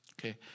Okay